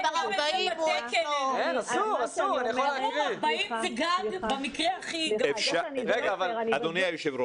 הוא יודע על מספר 40. אדוני היושב,